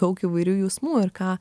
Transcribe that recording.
daug įvairių jausmų ir ką